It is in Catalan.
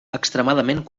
extremadament